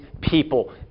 people